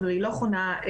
אבל היא לא חונה לפתחנו,